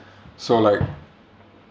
so like